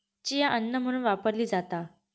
chia अन्न म्हणून वापरली जाता